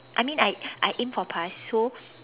I mean I I aimed for pass so